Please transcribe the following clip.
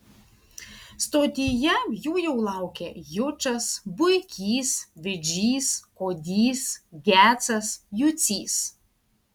stotyje jų jau laukė jučas buikys vidžys kodys gecas jucys